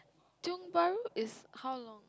Tiong Bahru is how long